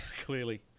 clearly